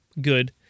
good